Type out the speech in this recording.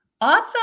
Awesome